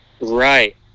right